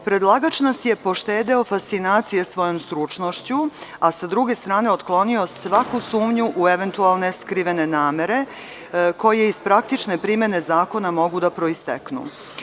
Predlagač nas je poštedeo fascinacije svojom stručnošću, a sa druge strane otklonio svaku sumnju u eventualne skrivene namere koje iz praktične primene zakona mogu da proisteknu.